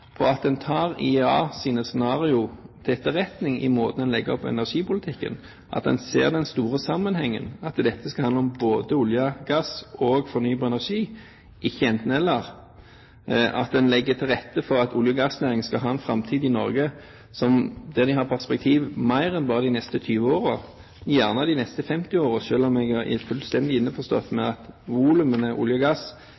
på at en tar IEAs scenarioer til etterretning i måten en legger opp energipolitikken på, at en ser den store sammenhengen, at dette skal handle om både olje og gass og fornybar energi, ikke enten – eller, at en legger til rette for at olje- og gassnæringen skal ha en framtid i Norge der en har et perspektiv på mer enn bare de neste 20 årene – gjerne de neste 50 årene, selv om jeg er fullstendig